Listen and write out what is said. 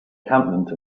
encampment